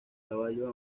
caballo